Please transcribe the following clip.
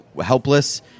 Helpless